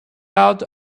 out